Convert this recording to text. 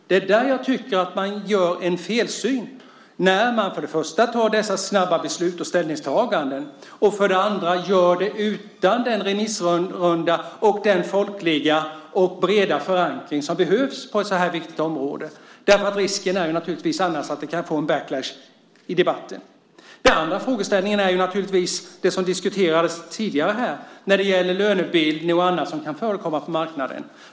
Det är där jag tycker att man har en felsyn när man för det första tar dessa snabba beslut och ställningstaganden och för det andra gör det utan den remissrunda och den folkliga och breda förankring som behövs på ett så här viktigt område. Risken är naturligtvis annars att man får en backlash i debatten. Den andra frågeställningen är naturligtvis det som diskuterades här tidigare när det gäller lönebildning och annat som kan förekomma på marknaden.